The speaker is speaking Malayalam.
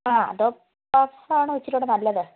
ആ അതോ പഫ് ആണോ ഇച്ചിരി കൂടെ നല്ലത്